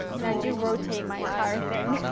and i do rotate my entire thing.